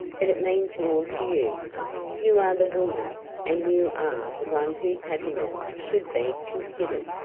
but it means more to you. you are the woman and you are the one whose happiness should be considered.